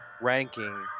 ranking